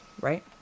right